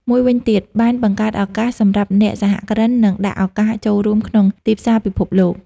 មួយវិញទៀត បានបង្កើតឱកាសសំរាប់អ្នកសហគ្រិន និងដាក់ឱកាសចូលរួមក្នុងទីផ្សារពិភពលោក។